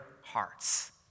hearts